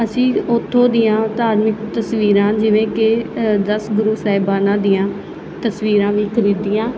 ਉਥੋ ਦੀਆਂ ਧਾਰਮਿਕ ਤਸਵੀਰਾਂ ਹਨ ਜਿਵੇਂ ਕਿ ਦਸ ਗੁਰੂ ਸਾਹਿਬਾਨਾਂ ਦੀਆਂ ਤਸਵੀਰਾਂ ਵੀ ਖਰੀਦੀਆਂ